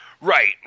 Right